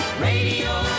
radio